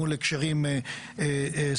מול הקשרים סביבתיים,